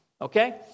Okay